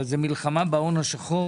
אבל זה מלחמה בהון השחור